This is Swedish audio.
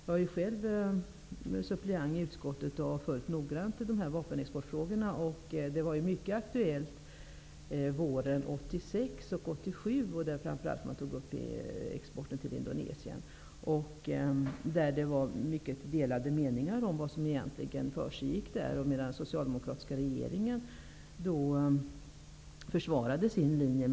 Jag var själv suppleant i utskottet och följde dessa vapenexportfrågor noggrant. Frågan var mycket aktuell under våren 1986 och 1987, då man framför allt tog upp exporten till Indonesien. Det rådde då mycket delade meningar om vad som försiggick där. Den socialdemokratiska regeringen försvarade då sin linje.